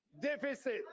deficit